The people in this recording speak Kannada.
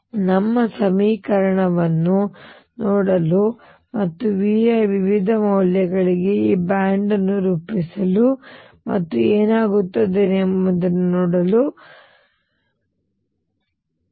ನಮ್ಮ ಸಮೀಕರಣವನ್ನು ನೋಡಲು ಮತ್ತು V ಯ ವಿವಿಧ ಮೌಲ್ಯಗಳಿಗಾಗಿ ಈ ಬ್ಯಾಂಡ್ ಗಳನ್ನು ರೂಪಿಸಲು ಮತ್ತು ಏನಾಗುತ್ತದೆ ಎಂಬುದನ್ನು ನೋಡಲು ನಮ್ಮ ಪ್ರಚೋದನೆ ಏನು